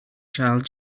child